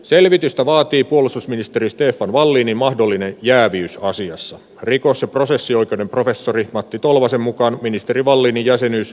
selvitystä vaatii puolustusministeri stefan wallinin mahdollinen jääviysasiassa rikos ja prosessioikeuden professori matti tolvasen mukaan ministeri wallin jäsenyys